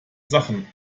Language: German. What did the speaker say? sachen